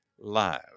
live